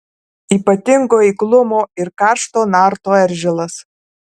ypatingo eiklumo ir karšto narto eržilas